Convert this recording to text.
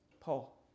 Paul